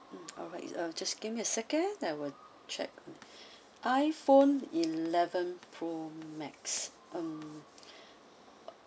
alright uh just give me a second I will check iPhone eleven pro max mm